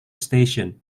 station